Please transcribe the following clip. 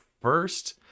first